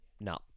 No